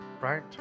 Right